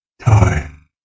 time